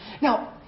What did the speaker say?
Now